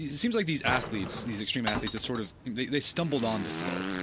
it seems like these athletes, these extreme athletes, sort of they stumbled onto flow.